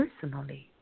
personally